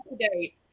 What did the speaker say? today